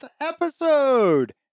episode